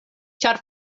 ĉar